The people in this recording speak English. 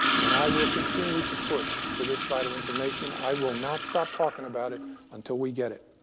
and i will continue to push for this vital information. i will not stop talking about it until we get it.